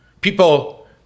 People